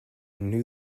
knew